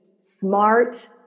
smart